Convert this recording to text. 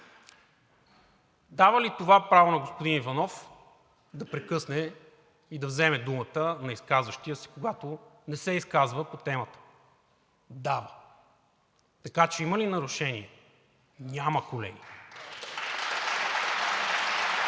Дава ли това право на господин Иванов да прекъсне и да вземе думата на изказващия се, когато не се изказва по темата? Да. Така че има ли нарушение? Няма, колеги!